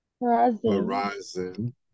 horizon